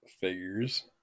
figures